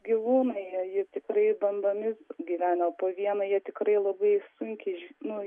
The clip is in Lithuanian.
gyvūnai jie jie tikrai bandomis gyvena o po vieną jie tikrai labai sunkiai iš nu